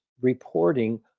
reporting